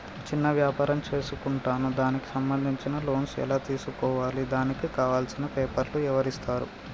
చిన్న వ్యాపారం చేసుకుంటాను దానికి సంబంధించిన లోన్స్ ఎలా తెలుసుకోవాలి దానికి కావాల్సిన పేపర్లు ఎవరిస్తారు?